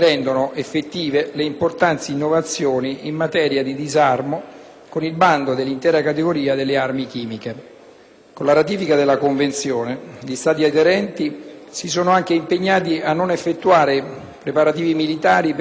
Con la ratifica della Convenzione, gli Stati aderenti si sono anche impegnati a non effettuare preparativi militari per realizzare armi chimiche e a non incoraggiare altri Paesi ad intraprendere attività proibite.